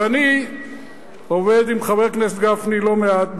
אבל אני עובד עם חבר הכנסת גפני לא מעט,